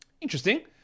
Interesting